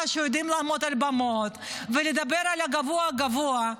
שיודעים לעמוד על במות ולדבר גבוהה-גבוהה,